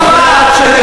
תודה, חבר הכנסת נחמן שי,